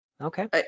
Okay